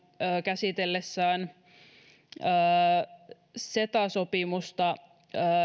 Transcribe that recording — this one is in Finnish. käsitellessään ceta sopimusta